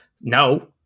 No